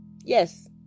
Yes